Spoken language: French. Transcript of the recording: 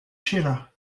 sheila